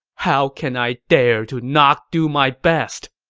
how can i dare to not do my best!